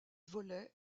volaient